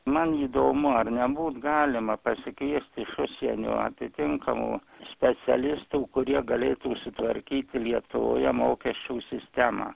man įdomu ar nebūt galima pasikviest iš užsienio atitinkamų specialistų kurie galėtų sutvarkyti lietuvoje mokesčių sistemą